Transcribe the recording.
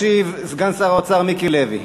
ישיב סגן שר האוצר מיקי לוי.